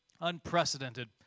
unprecedented